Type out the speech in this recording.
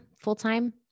full-time